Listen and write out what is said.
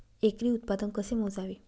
एकरी उत्पादन कसे मोजावे?